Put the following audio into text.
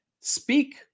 speak